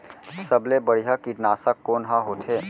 सबले बढ़िया कीटनाशक कोन ह होथे?